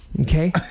Okay